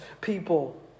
people